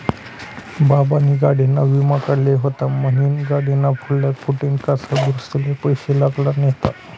बाबानी गाडीना विमा काढेल व्हता म्हनीन गाडीना पुढला फुटेल काच दुरुस्तीले पैसा लागना नैत